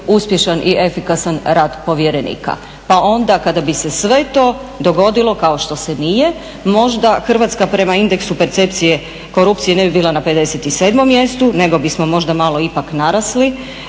uspješan i efikasan rad povjerenika. Pa onda kada bi se sve to dogodilo kao što se nije možda Hrvatska prema indeksu percepcije korupcije ne bi bila na 57 mjestu, nego bismo možda malo ipak narasli.